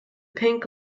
pink